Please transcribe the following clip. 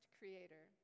creator